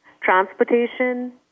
transportation